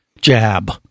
jab